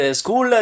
school